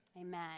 Amen